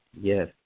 Yes